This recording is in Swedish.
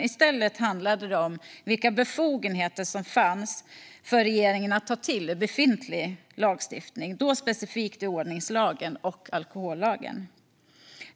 I stället handlade det om vilka befogenheter som fanns för regeringen att ta till i befintlig lagstiftning, då specifikt i ordningslagen och alkohollagen.